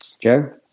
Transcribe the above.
Joe